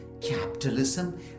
capitalism